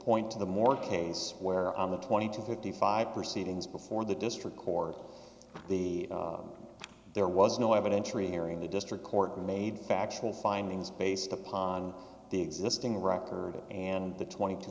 point to the more case where on the twenty to fifty five perceive things before the district court the there was no evidentiary hearing the district court made factual findings based upon the existing record and the twenty to